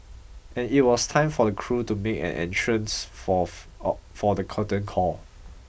and it was time for the crew to make an entrance for for the curtain call